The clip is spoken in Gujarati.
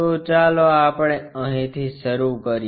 તો ચાલો આપણે અહીંથી શરૂ કરીએ